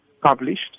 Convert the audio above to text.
published